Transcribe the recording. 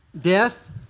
death